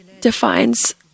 defines